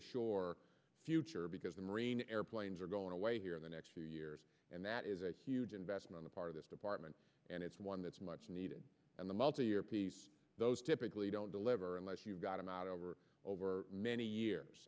ashore future because the marine airplanes are going away here in the next few years and that is a huge investment of part of this department and it's one that's much needed and the multi year piece those typically don't deliver unless you've got them out over over many years